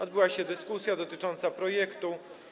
Odbyła się dyskusja dotycząca projektu.